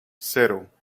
cero